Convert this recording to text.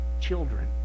children